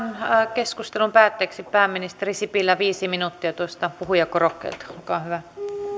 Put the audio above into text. keskustelun päätteeksi pääministeri sipilä viisi minuuttia tuosta puhujakorokkeelta olkaa hyvä